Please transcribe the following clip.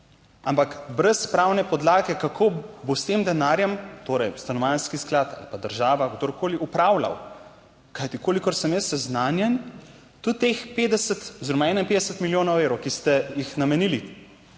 ampak brez pravne podlage, kako bo s tem denarjem, torej stanovanjski sklad ali pa država, kdorkoli, upravljal, kajti kolikor sem jaz seznanjen, tudi teh 50 oziroma 51 milijonov evrov, ki ste jih namenili